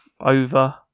over